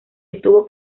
estuvo